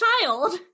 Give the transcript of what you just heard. child